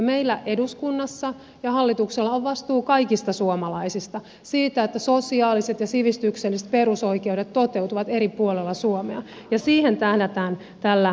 meillä eduskunnassa ja hallituksella on vastuu kaikista suomalaisista siitä että sosiaaliset ja sivistykselliset perusoikeudet toteutuvat eri puolilla suomea ja siihen tähdätään tällä kuntauudistuksella